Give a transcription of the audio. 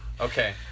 Okay